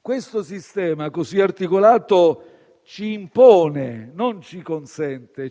Questo sistema così articolato ci impone oggi - non ci consente -